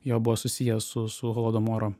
jo buvo susiję su su holodomoro